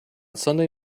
sunday